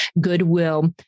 goodwill